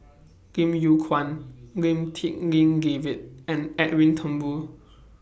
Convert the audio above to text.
Lim Yew Kuan Lim Tik En David and Edwin Thumboo